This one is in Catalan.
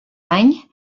any